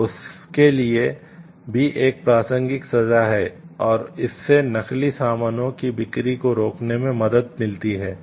तो उसके लिए भी एक प्रासंगिक सजा है और इससे नकली सामानों की बिक्री को रोकने में मदद मिलती है